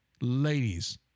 ladies